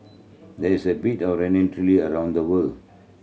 there's a bit around the world